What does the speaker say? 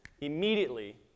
immediately